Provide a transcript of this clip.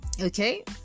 okay